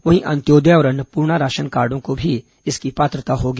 वहीं अंत्योदय और अन्नपूर्णा राशनकार्डो को भी इसकी पात्रता होगी